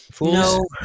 No